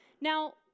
Now